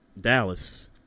Dallas